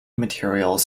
materials